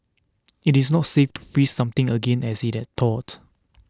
it is not safe to freeze something again as it has thawed